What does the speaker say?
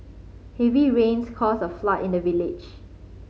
heavy rains caused a flood in the village